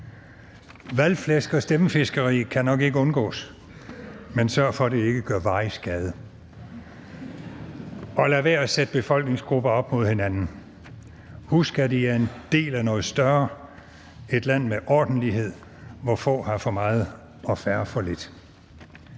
Valgflæsk og stemmefiskeri kan nok ikke undgås, men sørg for, at det ikke gør varig skade. Og lad være med at sætte befolkningsgrupper op imod hinanden. Husk, at I er en del af noget større – et land med ordentlighed, hvor få har for meget og færre for lidt.